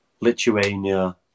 Lithuania